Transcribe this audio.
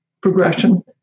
progression